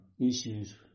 issues